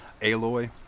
Aloy